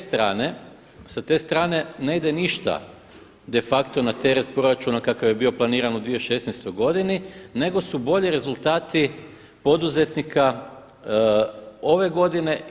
Sa te strane ne ide ništa de facto na teret proračuna kakav je bio planiran u 2016. nego su bolji rezultati poduzetnika ove godine.